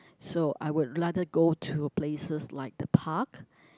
so I would rather go to places like the park